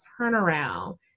turnaround